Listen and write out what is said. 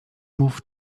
mów